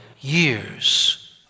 years